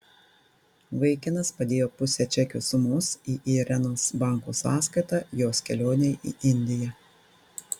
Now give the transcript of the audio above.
vaikinas padėjo pusę čekio sumos į irenos banko sąskaitą jos kelionei į indiją